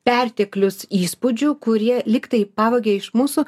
perteklius įspūdžių kurie lyg tai pavogė iš mūsų